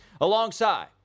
Alongside